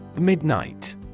Midnight